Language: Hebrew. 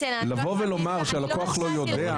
לבוא ולומר שהלקוח לא יודע,